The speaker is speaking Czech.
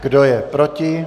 Kdo je proti?